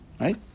Right